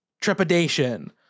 trepidation